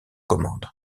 commande